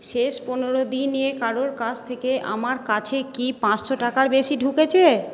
শেষ পনেরো দিনে কারোর কাছ থেকে আমার কাছে কি পাঁচশো টাকার বেশি ঢুকেছে